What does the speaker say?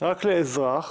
רק לאזרח,